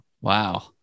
Wow